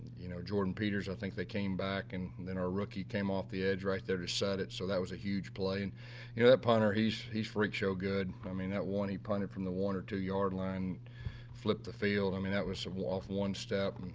you know, jordan peters, i think they came back and then our rookie came off the edge right there to set it so that was a huge play. and you know that punter, he's the freak show good. i mean, that one he punted from the one or two yard line, we flipped the field. i mean, that was so off one step.